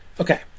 Okay